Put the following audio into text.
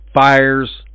fires